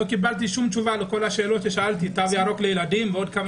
לא קיבלתי תשובות לכל השאלות שלי לגבי תו ירוק לילדים ועוד.